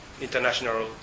international